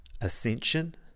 ascension